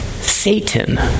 Satan